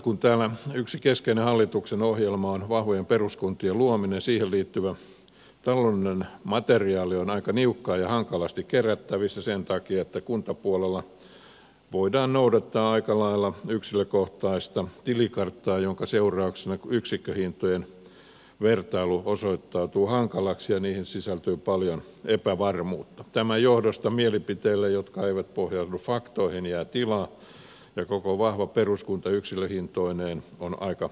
kun täällä yksi keskeinen hallituksen ohjelma on vahvojen peruskuntien luominen siihen liittyvä taloudellinen materiaali on aika niukkaa ja hankalasti kerättävissä sen takia että kuntapuolella voidaan noudattaa aika lailla yksilökohtaista tilikarttaa jonka seurauksena kun yksikköhintojen vertailu osoittautuu hankalaksi ja niihin sisältyy paljon epävarmuutta mielipiteille jotka eivät pohjaudu faktoihin jää tilaa ja koko vahva peruskunta yksilöhintoineen on aika hämärä